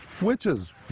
witches